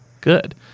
good